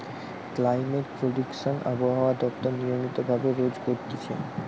climate prediction আবহাওয়া দপ্তর নিয়মিত ভাবে রোজ করতিছে